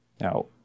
Now